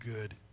good